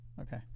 Okay